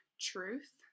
truth